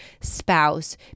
spouse